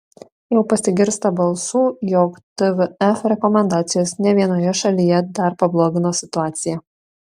jau pasigirsta balsų jog tvf rekomendacijos ne vienoje šalyje dar pablogino situaciją